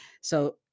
So-